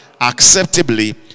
Acceptably